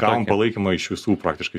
gavom palaikymą iš visų praktiškai